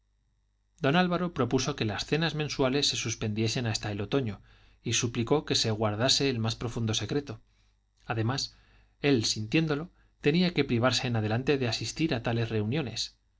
don álvaro propuso que las cenas mensuales se suspendiesen hasta el otoño y suplicó que se guardase el más profundo secreto además él sintiéndolo tenía que privarse en adelante de asistir a tales reuniones